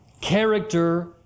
Character